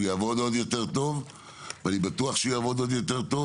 יעבוד עוד יותר טוב; אני בטוח שהוא יעבוד יותר טוב,